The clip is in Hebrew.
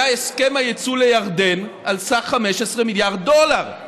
היה הסכם היצוא לירדן על סך 15 מיליארד דולר.